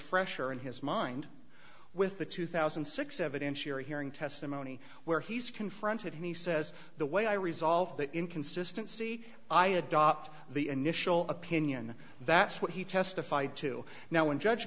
fresher in his mind with the two thousand and six evidence you're hearing testimony where he's confronted he says the way i resolve the inconsistency i adopt the initial opinion that's what he testified to now when judge